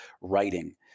writing